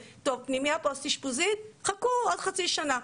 פנימייה פוסט אשפוזית, חכו עוד חצי שנה.